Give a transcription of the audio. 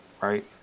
right